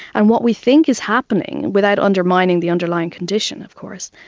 and what we think is happening, without undermining the underlying condition of course,